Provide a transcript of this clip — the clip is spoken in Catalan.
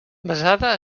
basada